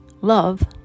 love